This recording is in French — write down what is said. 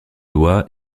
lois